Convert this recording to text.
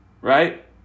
right